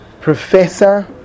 Professor